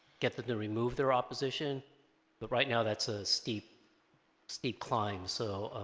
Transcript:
get them to remove their opposition but right now that's a steep steep climb so